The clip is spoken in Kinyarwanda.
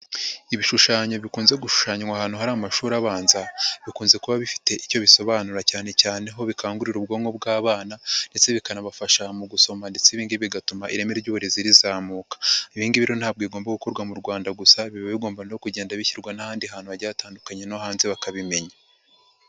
lbishushanyo bikunze gushushanywa ahantu hari amashuri abanza, bikunze kuba bifite icyo bisobanura cyane cyane aho bikangurira ubwonko bw'abana ,ndetse bikanabafasha mu gusoma ,ndetse ibi ngibi bigatuma ireme ry'uburezi rizamuka, ibi ngibi ntabwo bigomba gukorwa mu Rwanda gusa, biba bigomba no kugenda bishyirwa n'ahandi hantu hagiye hatandukanye no hanze bakabimenya.